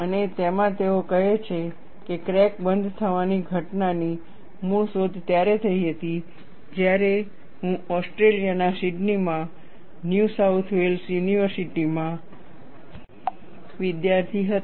અને તેમાં તેઓ કહે છે કે ક્રેક બંધ થવાની ઘટનાની મૂળ શોધ ત્યારે થઈ હતી જ્યારે હું ઓસ્ટ્રેલિયાના સિડનીમાં ન્યુ સાઉથ વેલ્સ યુનિવર્સિટીમાં સ્નાતક વિદ્યાર્થી હતો